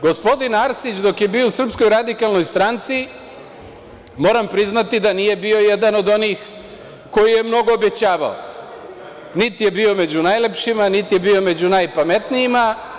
Gospodin Arsić, dok je bio u SRS, moram priznati da nije bio jedan od onih koji je mnogo obećavao, niti je bio među najlepšima, niti je bio među najpametnijima.